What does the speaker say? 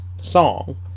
song